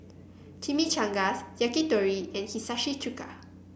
Chimichangas Yakitori and Hiyashi Chuka